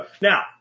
Now